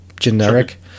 Generic